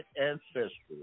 ancestry